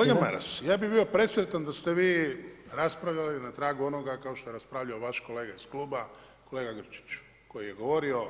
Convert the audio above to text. Kolega Maras, ja bih bio presretan da ste vi raspravljali na tragu onoga kao što je raspravljao vaš kolega iz Kluba kolega Grčić koji je govorio